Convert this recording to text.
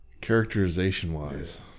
Characterization-wise